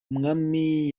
umwami